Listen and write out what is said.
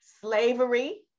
Slavery